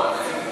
נכון?